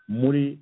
muri